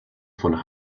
von